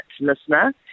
listener